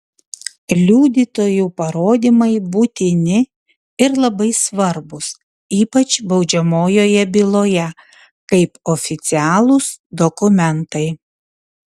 liudytojų parodymai būtini ir labai svarbūs ypač baudžiamojoje byloje kaip oficialūs dokumentai